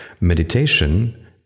meditation